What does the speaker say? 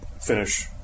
finish